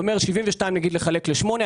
אם נניח זה 72 לחלק ל-8,